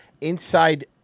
inside